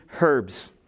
herbs